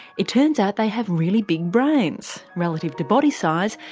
it turns out they have really big brains relative to body size,